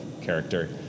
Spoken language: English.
character